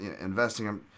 investing